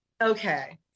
Okay